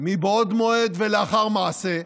מבעוד מועד ולאחר מעשה,